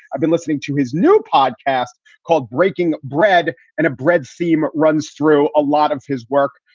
i've been listening to his new podcast called breaking bread and a bread theme runs through a lot of his work.